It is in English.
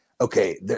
Okay